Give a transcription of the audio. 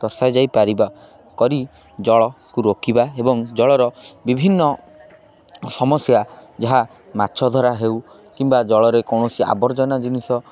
ତଶାଯାଇ ପାରିବା କରି ଜଳକୁ ରୋକିବା ଏବଂ ଜଳର ବିଭିନ୍ନ ସମସ୍ୟା ଯାହା ମାଛ ଧରା ହେଉ କିମ୍ବା ଜଳରେ କୌଣସି ଆବର୍ଜନା ଜିନିଷ